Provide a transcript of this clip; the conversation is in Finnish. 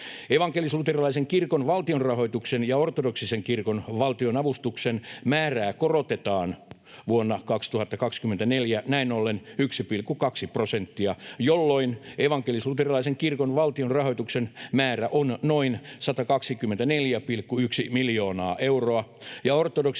Evankelis-luterilaisen kirkon valtionrahoituksen ja ortodoksisen kirkon valtionavustuksen määrää korotetaan vuonna 2024 näin ollen 1,2 prosenttia, jolloin evankelis-luterilaisen kirkon valtionrahoituksen määrä on noin 124,1 miljoonaa euroa